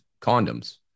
condoms